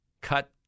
cut